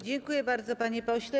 Dziękuję bardzo, panie pośle.